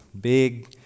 big